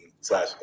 slash